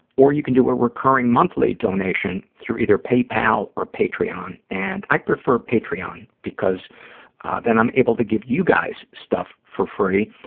or you can do a recurring monthly donation through either paypal or patreon, and i prefer patreon because then i'm able to give you guys stuff for free.